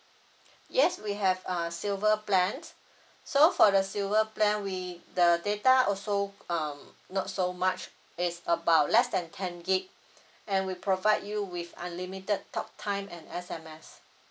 yes we have uh silver plan so for the silver plan we the data also um not so much it's about less than ten gig and we provide you with unlimited talk time and S_M_S